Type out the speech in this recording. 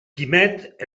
quimet